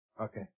Okay